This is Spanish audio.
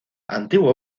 antiguo